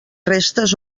restes